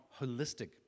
holistic